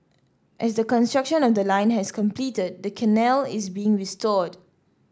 as the construction of the line has completed the canal is being restored